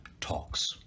Talks